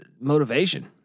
Motivation